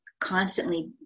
constantly